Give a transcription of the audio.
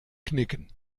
knicken